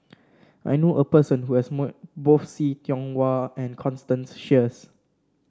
I know a person who has met both See Tiong Wah and Constance Sheares